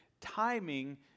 timing